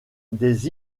des